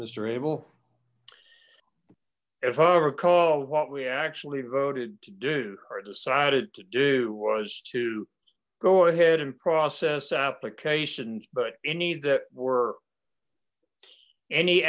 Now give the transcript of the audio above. mister abel if i recall what we actually voted to do or decided to do was to go ahead and process applications but any that were any